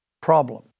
problem